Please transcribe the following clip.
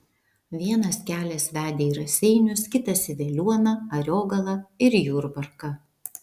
vienas kelias vedė į raseinius kitas į veliuoną ariogalą ir jurbarką